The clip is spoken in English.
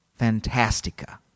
Fantastica